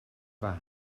fam